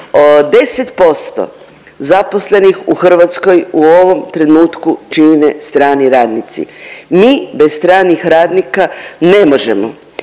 10% zaposlenih u Hrvatskoj u ovom trenutku čine strani radnici. Mi bez stranih radnika ne možemo.